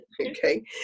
okay